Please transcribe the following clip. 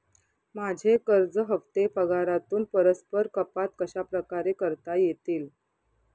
माझे कर्ज हफ्ते पगारातून परस्पर कपात कशाप्रकारे करता येतील?